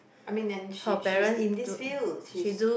I mean and she she's is in this field she's